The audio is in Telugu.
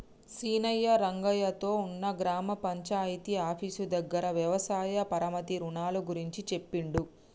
సీనయ్య రంగయ్య తో ఉన్న గ్రామ పంచాయితీ ఆఫీసు దగ్గర వ్యవసాయ పరపతి రుణాల గురించి చెప్పిండు